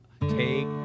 Take